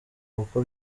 kuko